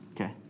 Okay